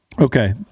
Okay